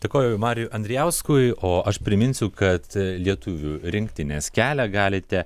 dėkoju mariui andrijauskui o aš priminsiu kad lietuvių rinktinės kelią galite